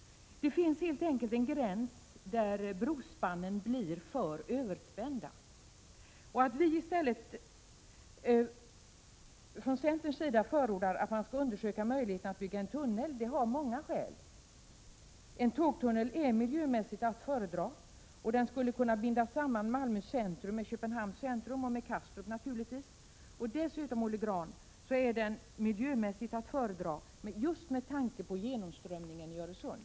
Det finns helt enkelt en gräns där brospannen blir för överspända. Att vi från centerns sida förordar att man skall undersöka möjligheten att bygga en tunnel har många skäl. En tågtunnel är miljömässigt att föredra, och den skulle kunna binda samman Malmö centrum med Köpenhamns centrum och naturligtvis också med Kastrup. Dessutom är den miljömässigt att föredra just med tanke på genomströmningen i Öresund.